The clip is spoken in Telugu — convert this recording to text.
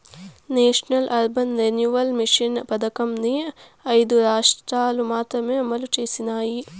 నేషనల్ అర్బన్ రెన్యువల్ మిషన్ పథకంని ఐదు రాష్ట్రాలు మాత్రమే అమలు చేసినాయి